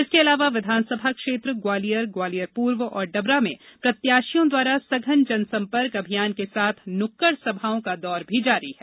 इसके अलावा विधानसभा क्षेत्र ग्वालियर ग्वालियर पूर्व और डबरा में प्रत्याशियों द्वारा सघन जनसंपर्क अभियान के साथ न्क्वड़ सभाओं का दौर भी जारी है